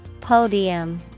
Podium